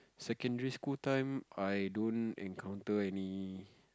secondary school time I don't encounter any